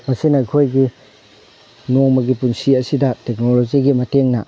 ꯃꯁꯤꯅ ꯑꯩꯈꯣꯏꯒꯤ ꯅꯣꯡꯃꯒꯤ ꯄꯨꯟꯁꯤ ꯑꯁꯤꯗ ꯇꯦꯛꯅꯣꯂꯣꯖꯤꯒꯤ ꯃꯇꯦꯡꯅ